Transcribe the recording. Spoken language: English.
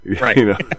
Right